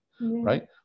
right